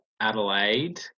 Adelaide